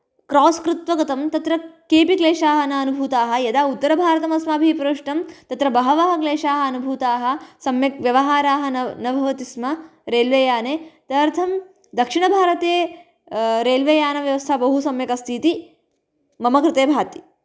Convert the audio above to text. cross कृत्वा गतं तत्र केऽपि क्लेशाः नानुभूताः यदा उत्तरभारतम् अस्माभिः प्रविष्टं तत्र बहवः क्लेशाः अनुभूताः सम्यक् व्यवहाराः न न भवति स्म रेल्वेयाने तदर्थं दक्षिणभारते रेल्वेयानव्यवस्था बहु सम्यक् अस्ति इति मम कृते भाति